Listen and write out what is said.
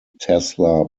tesla